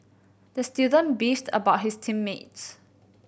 the student beefed about his team mates